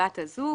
בת הזוג